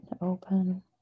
open